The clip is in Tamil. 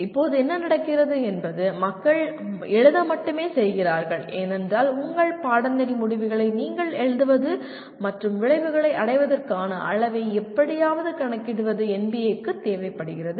இப்போது என்ன நடக்கிறது என்பது மக்கள் எழுத மட்டுமே செய்கிறார்கள் ஏனென்றால் உங்கள் பாடநெறி முடிவுகளை நீங்கள் எழுதுவது மற்றும் விளைவுகளை அடைவதற்கான அளவை எப்படியாவது கணக்கிடுவது NBAக்கு தேவைப்படுகிறது